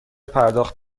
پرداخت